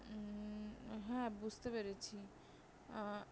হ্যাঁ বুঝতে পেরেছি